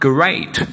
Great